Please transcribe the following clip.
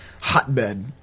hotbed